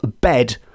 bed